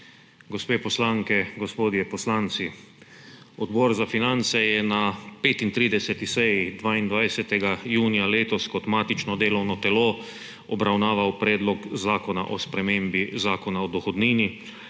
Gospe poslanke, gospodje poslanci! Odbor za finance je na 35. seji 22. junija 2021 kot matično delovno telo obravnaval Predlog zakona o spremembi Zakona o dohodnini,